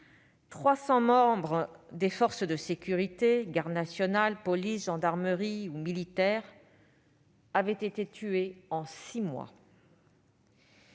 300 membres des forces de sécurité- garde nationale, police, gendarmerie ou militaires -avaient été tués en six mois.